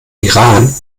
iran